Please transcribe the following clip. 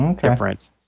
different